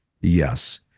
yes